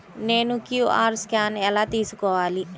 నేను QR scan ఎలా తీసుకోవాలి?